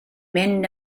mynd